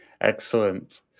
Excellent